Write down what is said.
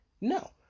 No